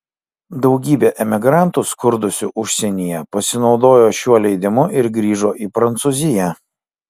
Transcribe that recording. daugybė emigrantų skurdusių užsienyje pasinaudojo šiuo leidimu ir grįžo į prancūziją